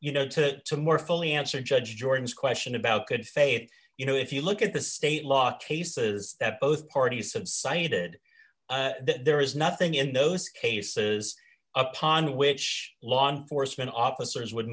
you know to to more fully answer judge jordan's question about good faith you know if you look at the state law cases that both parties subsided there is nothing in those cases upon which law enforcement officers would